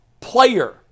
player